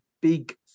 big